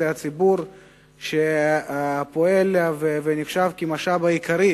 זה הציבור שפועל ונחשב כמשאב העיקרי